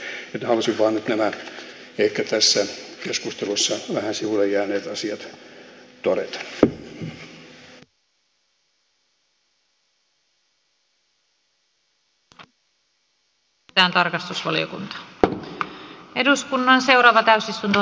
halusin vain nyt nämä ehkä tässä keskustelussa vähän sivulle jääneet asiat todeta